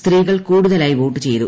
സ്ത്രീകൾ കൂടുതലായി വോട്ട് ചെയ്തു